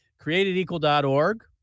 createdequal.org